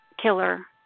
killer